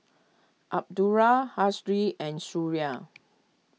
Abdullah and Suria